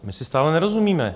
My si stále nerozumíme.